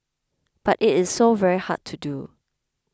but it is so very hard to do